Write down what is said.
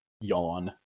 Yawn